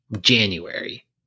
January